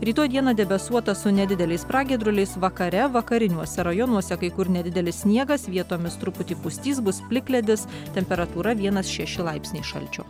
rytoj dieną debesuota su nedideliais pragiedruliais vakare vakariniuose rajonuose kai kur nedidelis sniegas vietomis truputį pustys bus plikledis temperatūra vienas šeši laipsniai šalčio